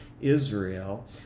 Israel